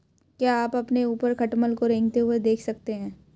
क्या आप अपने ऊपर खटमल को रेंगते हुए देख सकते हैं?